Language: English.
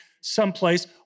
someplace